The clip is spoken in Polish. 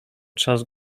trzask